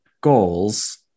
goals